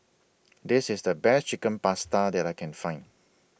This IS The Best Chicken Pasta that I Can Find